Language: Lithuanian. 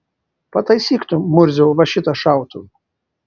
pataisyk tu murziau va šitą šautuvą